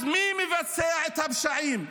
אז מי מבצע את הפשעים?